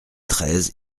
treize